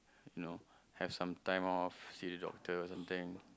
you know have some time off see the doctor or something